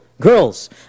girls